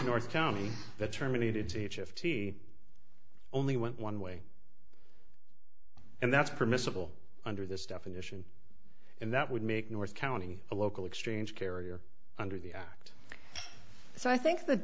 north county that terminated seach if he only went one way and that's permissible under this definition and that would make north county a local exchange carrier under the act so i think the